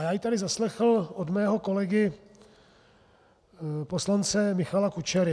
Já ji tady zaslechl od svého kolegy poslance Michala Kučery.